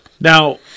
Now